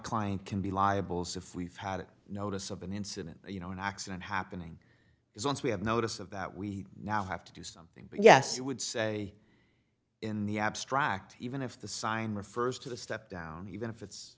client can be liable so if we had a notice of an incident you know an accident happening is once we have notice of that we now have to do something but yes i would say in the abstract even if the sign refers to the step down even if it's